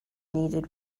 needed